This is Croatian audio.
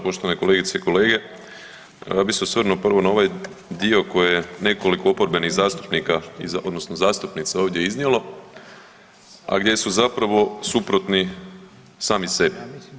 Poštovane kolegice i kolege, pa ja bi se osvrnuo prvo na ovaj dio koji je nekoliko oporbenih zastupnika odnosno zastupnica ovdje iznijelo, a gdje su zapravo suprotni sami sebi.